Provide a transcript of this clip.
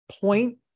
point